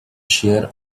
share